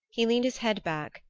he leaned his head back,